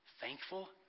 thankful